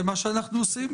זה מה שאנחנו עושים,